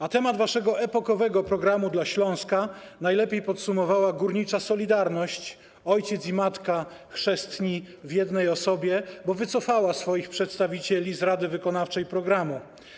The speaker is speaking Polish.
A temat waszego epokowego programu dla Śląska najlepiej podsumowała górnicza „Solidarność”, ojciec i matka chrzestni w jednej osobie, bo wycofała swoich przedstawicieli z rady wykonawczej programu.